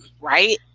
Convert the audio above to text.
Right